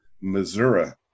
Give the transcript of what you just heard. Missouri